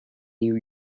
new